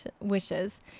wishes